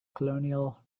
colonial